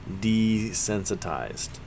desensitized